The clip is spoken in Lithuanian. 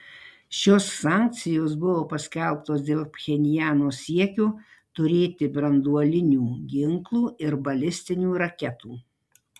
šios sankcijos buvo paskelbtos dėl pchenjano siekio turėti branduolinių ginklų ir balistinių raketų